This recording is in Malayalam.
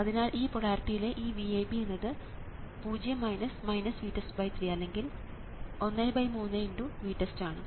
അതിനാൽ ഈ പോളാരിറ്റിയിലെ ഈ VAB എന്നത് 0 VTEST3 അല്ലെങ്കിൽ 13×VTEST ആണ്